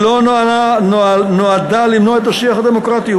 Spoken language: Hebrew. היא לא נועדה למנוע את השיח הדמוקרטי.